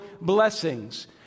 blessings